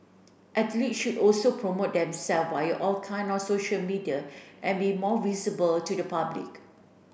athlete should also promote them self via all kinds of social media and be more visible to the public